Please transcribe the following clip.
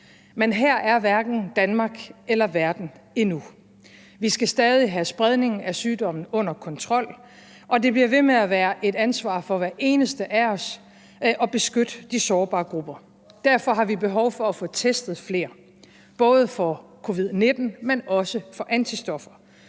Men her er hverken Danmark eller verden endnu. Vi skal stadig have spredningen af sygdommen under kontrol, og det bliver ved med at være et ansvar for hver eneste af os at beskytte de sårbare grupper. Derfor har vi behov for at få testet flere, både for covid-19, men også for antistoffer,